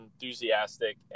enthusiastic